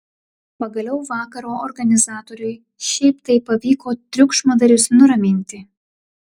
pagaliau vakaro organizatoriui šiaip taip pavyko triukšmadarius nuraminti